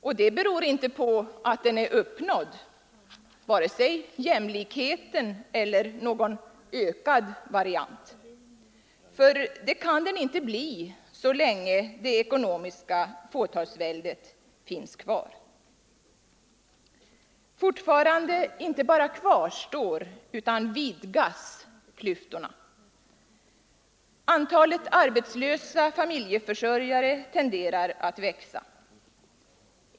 Och det beror inte på att den är uppnådd — vare sig jämlikheten eller någon ökad variant. Det kan inte ske så länge det ekonomiska fåtalsväldet finns kvar. Fortfarande inte bara kvarstår utan vidgas klyftorna. Antalet arbetslösa familjeförsörjare tenderar att växa.